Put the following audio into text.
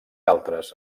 altres